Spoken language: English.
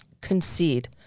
concede